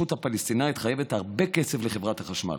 הפלסטינית חייבת הרבה כסף לחברת החשמל.